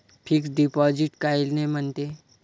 Fix deposit कायले म्हनते?